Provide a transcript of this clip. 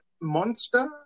monster